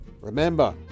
Remember